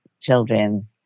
children